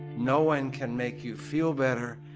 no one can make you feel better.